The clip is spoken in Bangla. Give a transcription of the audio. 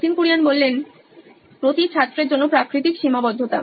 Nitin Kurian C O O নোইন ইলেকট্রনিক্স প্রতি ছাত্রের জন্য প্রাকৃতিক সীমাবদ্ধতা